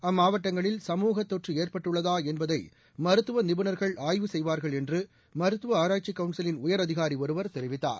அம்மாவட்டங்களில் சமூகத்தொற்று ஏற்பட்டுள்ளதா என்பதை மருத்துவ நிபுணா்கள் ஆய்வு செய்வார்கள் என்று மருத்துவ ஆராய்ச்சிக் கவுன்சிலின் உயரதிகாரி ஒருவர் தெரிவித்தார்